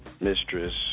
mistress